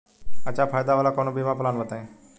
अच्छा फायदा वाला कवनो बीमा पलान बताईं?